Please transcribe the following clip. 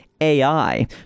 AI